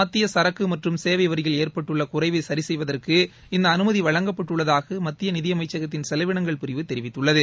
மத்திய சரக்கு மற்றும் சேவை வரியில் ஏற்பட்டுள்ள குறைவை சரிசெய்வதற்கு இந்த அனுமதி வழங்கப்பட்டுள்ளதாக மத்திய நிதியமைச்சகத்தின் செலவினங்கள் பிரிவு தெரிவித்துள்ளது